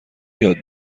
یاد